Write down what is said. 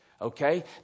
okay